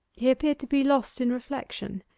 he appeared to be lost in reflection,